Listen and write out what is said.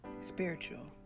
Spiritual